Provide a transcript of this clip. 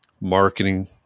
marketing